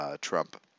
Trump